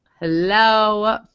Hello